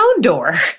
door